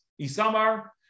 Isamar